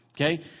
Okay